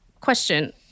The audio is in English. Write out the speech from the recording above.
Question